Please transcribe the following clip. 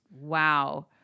Wow